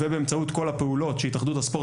ובאמצעות כל הפעולות של התאחדות הספורט